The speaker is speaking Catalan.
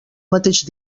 mateix